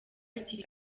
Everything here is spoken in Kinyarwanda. hakiri